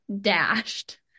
dashed